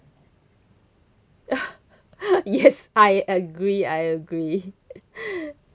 yes I agree I agree